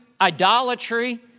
idolatry